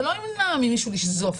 זה לא ימנע ממישהו לשזוף.